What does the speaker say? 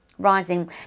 rising